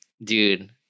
Dude